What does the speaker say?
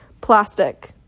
plastic